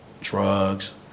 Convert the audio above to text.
drugs